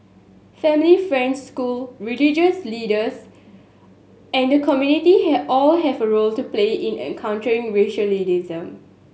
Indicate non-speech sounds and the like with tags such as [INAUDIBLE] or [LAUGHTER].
family friends school religious leaders and the community have all have a role to play in countering [UNINTELLIGIBLE]